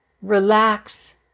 relax